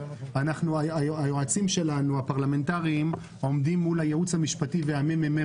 היועצים הפרלמנטריים עומדים מול הייעוץ המשפטי והממ"מ